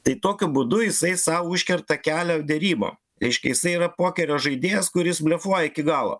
tai tokiu būdu jisai sau užkerta kelią derybom reiškia jisai yra pokerio žaidėjas kuris blefuoja iki galo